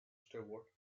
stewart